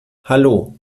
hallo